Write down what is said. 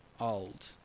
old